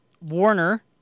Warner